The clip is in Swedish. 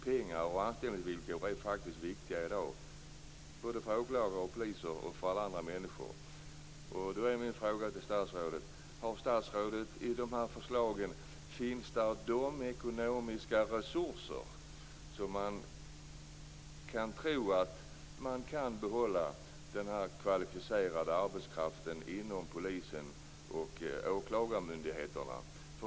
Pengar och anställningsvillkor är faktiskt viktiga i dag både för åklagare och för poliser och för alla andra människor. Min fråga till statsrådet är: Finns det förslag om sådana ekonomiska resurser att man tror att den kvalificerade arbetskraften inom polisen och åklagarmyndigheterna kan behållas?